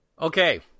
okay